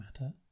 matter